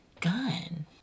gun